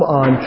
on